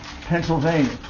Pennsylvania